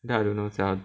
then I don't know sia